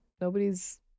nobody's